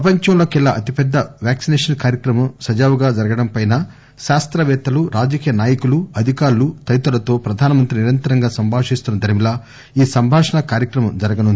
ప్రపంచంలో కెల్లా అతి పెద్ద వ్యాక్పినేషన్ కార్యక్రమం సజావుగా జరగడంపై శాస్తవేత్తలు రాజకీయ నాయకులు అధికారులు తదితరులతో ప్రధానమంత్రి నిరంతరంగా సంభాషిస్తున్న దరిమిలా ఈ సంభాషణా కార్యక్రమం జరగనుంది